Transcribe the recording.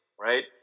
right